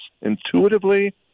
intuitively